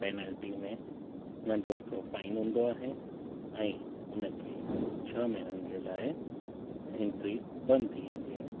penalty में नंढो हिकिड़ो फाइन हूंदो आहे ऐं हुन खे छह महीननि जे लाइ एंट्री बंदि थी वेंदी आहे